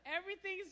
Everything's